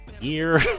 year